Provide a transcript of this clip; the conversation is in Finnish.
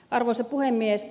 arvoisa puhemies